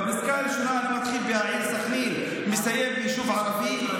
בפסקה הראשונה אני מתחיל ב"העיר סח'נין" ומסיים ב"יישוב ערבי",